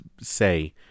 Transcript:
say